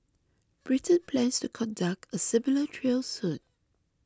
Britain plans to conduct a similar trial soon